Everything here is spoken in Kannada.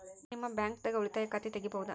ನಾ ನಿಮ್ಮ ಬ್ಯಾಂಕ್ ದಾಗ ಉಳಿತಾಯ ಖಾತೆ ತೆಗಿಬಹುದ?